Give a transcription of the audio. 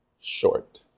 short